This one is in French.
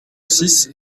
six